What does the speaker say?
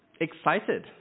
Excited